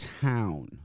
town